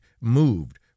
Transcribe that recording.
moved